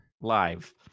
Live